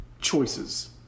choices